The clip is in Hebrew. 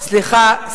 בניגוד לממשלה הזאת,